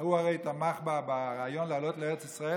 הוא הרי תמך ברעיון לעלות לארץ ישראל,